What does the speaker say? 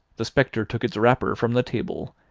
the spectre took its wrapper from the table,